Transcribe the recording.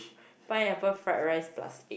pineapple fried rice plus